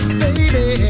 baby